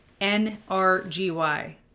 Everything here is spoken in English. N-R-G-Y